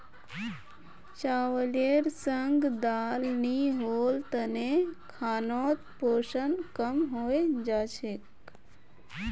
चावलेर संग दाल नी होल तने खानोत पोषण कम हई जा छेक